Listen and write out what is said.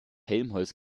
helmholtz